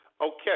Okay